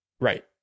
right